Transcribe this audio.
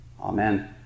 Amen